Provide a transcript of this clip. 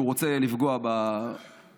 שהוא רוצה לפגוע בדת,